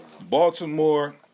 Baltimore